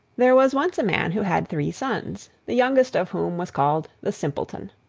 there was once a man who had three sons, the youngest of whom was called the simpleton.